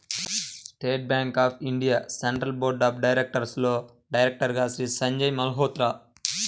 state bank of India central board of డైరెక్టర్స్లో డైరెక్టర్గా శ్రీ సంజయ్ మల్హోత్రా